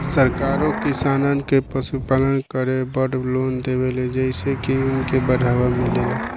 सरकारो किसानन के पशुपालन करे बड़ लोन देवेले जेइसे की उनके बढ़ावा मिलेला